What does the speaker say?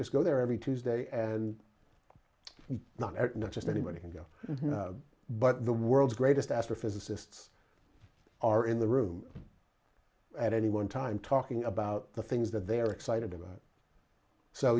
just go there every tuesday not at not just anybody can go but the world's greatest astrophysicists are in the room at any one time talking about the things that they are excited about